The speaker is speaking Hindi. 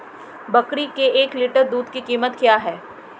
बकरी के एक लीटर दूध की कीमत क्या है?